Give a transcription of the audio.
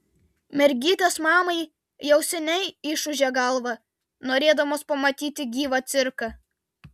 mergytės mamai jau seniai išūžė galvą norėdamos pamatyti gyvą cirką